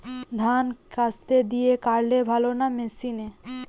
ধান কাস্তে দিয়ে কাটলে ভালো না মেশিনে?